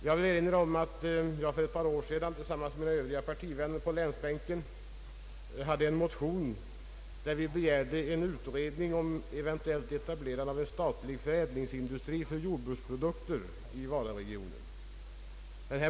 Jag vill erinra om att jag för ett par år sedan tillsammans med några parti vänner på länsbänken väckte en motion, i vilken vi begärde en utredning om eventuellt etablerande av en statlig förädlingsindustri för jordbruksprodukter i Vararegionen.